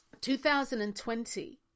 2020